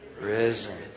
Risen